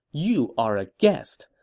you are a guest.